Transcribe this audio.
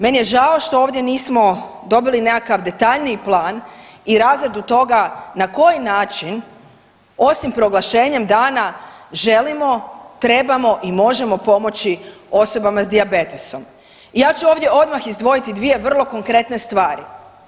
Meni je žao što ovdje nismo dobili nekakav detaljniji plan i razradu toga na koji način, osim proglašenjem dana želimo, trebamo i možemo pomoći osobama s dijabetesom i ja ću ovdje odmah izdvojiti dvije vrlo konkretne stvari.